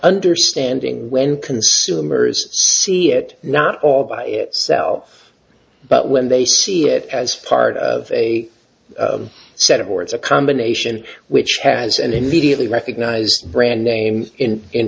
understanding when consumers see it not all by itself but when they see it as part of a set of or it's a combination which has and immediately recognized brand name in in